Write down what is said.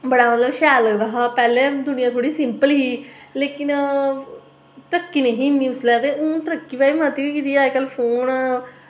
बड़ा गै शैल लगदा हा जदूं थोह्ड़ी सिंपल ही लेकिन तरक्की निं ही उसलै ते हून मतलब तरक्की होई गेदी ऐ ते हून